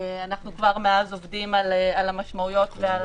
אנחנו כבר מאז עובדים על המשמעויות ועל